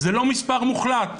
זה לא מספר מוחלט,